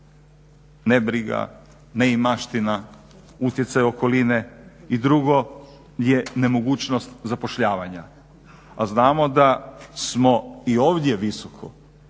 ne briga, neimaština, utjecaj okoline. I drugo, je nemogućnost zapošljavanja. A znamo da smo i ovdje visoko,